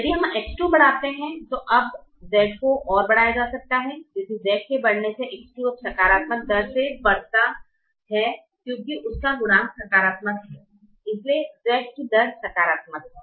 यदि हम X2 बढ़ाते हैं तो अब Z को और बढ़ाया जा सकता है क्योंकि Z के बढ़ने से X2 अब सकारात्मक दर से बढ़ता है क्यूकि उसका गुणांक सकारात्मक है इसलिए Z की दर सकारात्मक है